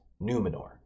Numenor